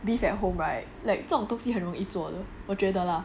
beef at home [right] like 这种东西很容易做的我觉得 lah